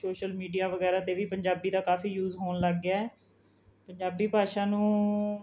social media ਵਗੈਰਾ 'ਤੇ ਵੀ ਪੰਜਾਬੀ ਦਾ ਕਾਫੀ ਯੂਜ਼ ਹੋਣ ਲੱਗ ਗਿਆ ਹੈ ਪੰਜਾਬੀ ਭਾਸ਼ਾ ਨੂੰ